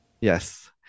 Yes